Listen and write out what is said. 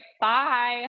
Bye